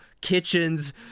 kitchens